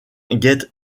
get